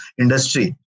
industry